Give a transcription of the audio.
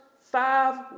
five